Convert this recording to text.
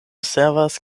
servas